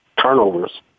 turnovers